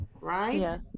Right